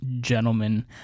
gentlemen